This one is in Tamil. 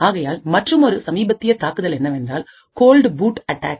ஆகையால் மற்றுமொரு சமீபத்திய தாக்குதல் என்னவென்றால் கோல்டூ பூட் அட்டாக்